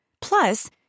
Plus